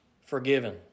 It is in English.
forgiven